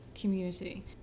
community